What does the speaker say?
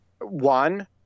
one